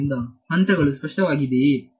ಆದ್ದರಿಂದ ಹಂತಗಳು ಸ್ಪಷ್ಟವಾಗಿದೆಯೇ